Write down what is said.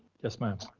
yes ma'am.